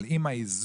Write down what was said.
אבל אם האיזון,